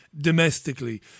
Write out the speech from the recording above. domestically